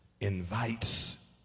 invites